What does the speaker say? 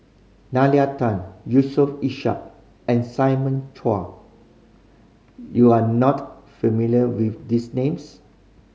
Nalla Tan Yusof Ishak and Simon Chua you are not familiar with these names